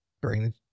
bring